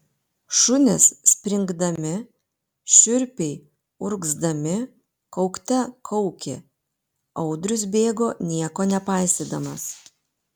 šunys springdami šiurpiai urgzdami kaukte kaukė audrius bėgo nieko nepaisydamas